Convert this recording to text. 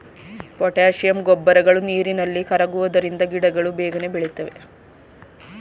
potassium ಗೊಬ್ಬರಗಳು ನೀರಿನಲ್ಲಿ ಕರಗುವುದರಿಂದ ಗಿಡಗಳು ಬೇಗನೆ ಬೆಳಿತವೆ